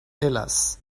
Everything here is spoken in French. hélas